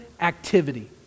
activity